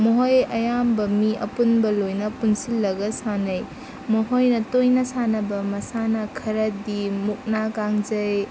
ꯃꯈꯣꯏ ꯑꯌꯥꯝꯕ ꯃꯤ ꯑꯄꯨꯟꯕ ꯂꯣꯏꯅ ꯄꯨꯟꯁꯤꯜꯂꯒ ꯁꯥꯟꯅꯩ ꯃꯈꯣꯏꯅ ꯇꯣꯏꯅ ꯁꯥꯟꯅꯕ ꯃꯁꯥꯟꯅ ꯈꯔꯗꯤ ꯃꯨꯛꯅꯥ ꯀꯥꯡꯖꯩ